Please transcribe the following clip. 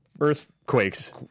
earthquakes